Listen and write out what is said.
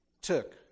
took